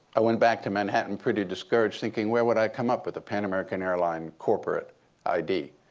i went back to manhattan pretty discouraged thinking where would i come up with a pan american airlines corporate id?